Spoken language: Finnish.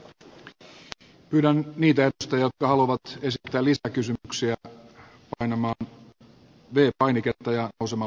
toinen on se mikä on kustannuskehitys maataloudessa ja kolmanneksi sitten vaikuttaa se mikä on hinta mitä maataloustuottajat saavat